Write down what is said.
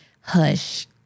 hush